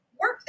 work